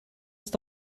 ist